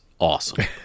awesome